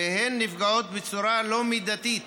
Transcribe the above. ושכרן נפגע בצורה לא מידתית,